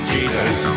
Jesus